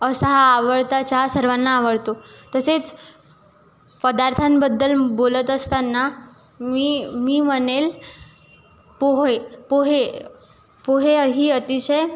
असा हा आवडता चहा सर्वांना आवडतो तसेच पदार्थांबद्दल बोलत असताना मी मी म्हणेल पोहे पोहे पोहे ही अतिशय